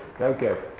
Okay